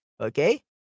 okay